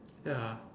ya